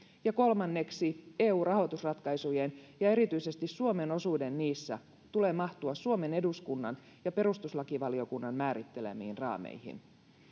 ja kolmanneksi eu rahoitusratkaisujen ja erityisesti suomen osuuden niissä tulee mahtua suomen eduskunnan ja perustuslakivaliokunnan määrittelemiin raameihin